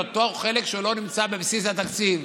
לאותו חלק שלא נמצא בבסיס התקציב.